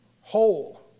whole